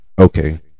Okay